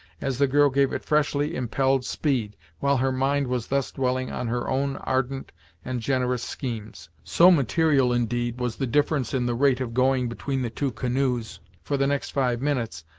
as the girl gave it freshly impelled speed, while her mind was thus dwelling on her own ardent and generous schemes. so material, indeed, was the difference in the rate of going between the two canoes for the next five minutes,